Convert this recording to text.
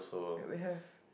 ya we have